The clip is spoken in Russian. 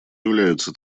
являются